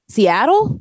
Seattle